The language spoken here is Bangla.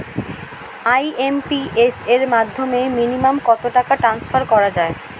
আই.এম.পি.এস এর মাধ্যমে মিনিমাম কত টাকা ট্রান্সফার করা যায়?